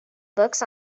books